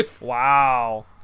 Wow